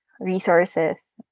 resources